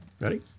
Ready